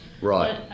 Right